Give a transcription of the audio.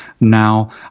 now